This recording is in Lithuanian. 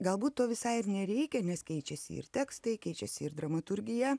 galbūt to visai ir nereikia nes keičiasi ir tekstai keičiasi ir dramaturgija